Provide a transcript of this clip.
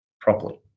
properly